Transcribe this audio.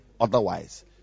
Otherwise